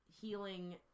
healing